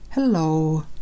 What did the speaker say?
Hello